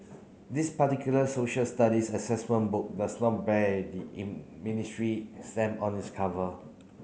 this particular Social Studies Assessment Book does not bear the ministry stamp on its cover